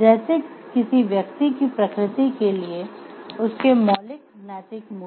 जैसे किसी व्यक्ति की प्रकृति के लिए उसके मौलिक नैतिक मूल्य